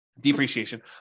depreciation